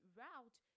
route